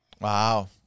Wow